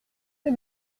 des